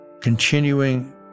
continuing